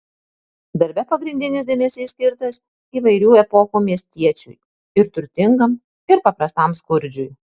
darbe pagrindinis dėmesys skirtas įvairių epochų miestiečiui ir turtingam ir paprastam skurdžiui